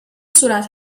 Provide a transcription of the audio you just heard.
صورت